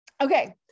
Okay